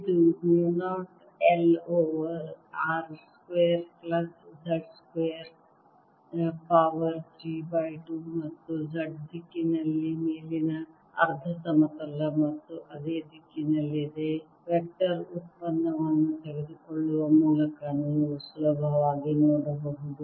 ಇದು mu 0 I over R square plus z square power 3 by 2 ಮತ್ತು ಅದು z ದಿಕ್ಕಿನಲ್ಲಿ ಮೇಲಿನ ಅರ್ಧ ಸಮತಲ ಮತ್ತು ಅದೇ ದಿಕ್ಕಿನಲ್ಲಿದೆ ವೆಕ್ಟರ್ ಉತ್ಪನ್ನವನ್ನು ತೆಗೆದುಕೊಳ್ಳುವ ಮೂಲಕ ನೀವು ಸುಲಭವಾಗಿ ನೋಡಬಹುದು